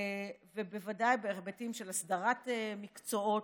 ובוודאי בהיבטים של הסדרת מקצועות,